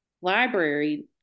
library